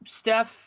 Steph